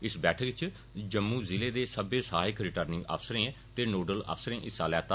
इस बैठक इच जम्मू जिले दे सब्बै सहायक रिटर्निंग अफसरें ते नोडल अफसरें हिस्सा लैता